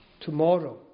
Tomorrow